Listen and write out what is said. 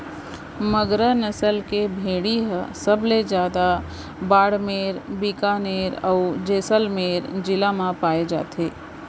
मगरा नसल के भेड़ी ह सबले जादा बाड़मेर, बिकानेर, अउ जैसलमेर जिला म पाए जाथे